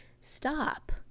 stop